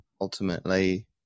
Ultimately